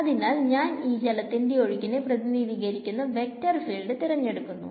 അതിനാൽ ഞാൻ ഈ ജലത്തിന്റെ ഒഴുക്കിനെ പ്രതിനിധീകരിക്കുന്ന വെക്ടർ ഫീൽഡ് തിരഞ്ഞെടുക്കുന്നു